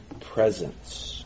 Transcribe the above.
presence